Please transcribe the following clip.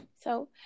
so-